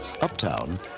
Uptown